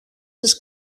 της